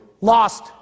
lost